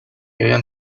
学院